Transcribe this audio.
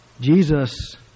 Jesus